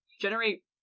generate